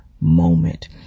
moment